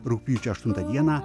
rugpjūčio aštuntą dieną